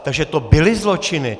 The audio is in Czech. Takže to byly zločiny.